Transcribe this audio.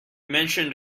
mentioned